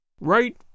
Right